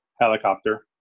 helicopter